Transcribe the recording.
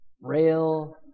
rail